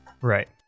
Right